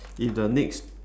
if the next